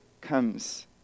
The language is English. comes